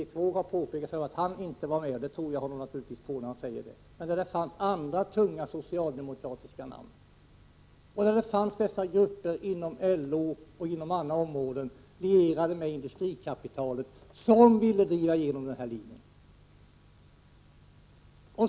Nils Erik Wååg påpekade att han inte var med om den, och det tror jag på, men där fanns andra tunga socialdemokratiska namn. Då var grupper inom LO och andra områden lierade med industrikapitalet, som ville driva igenom denna linje.